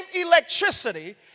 electricity